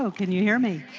um can you hear me?